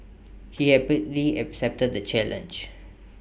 he happily accepted the challenge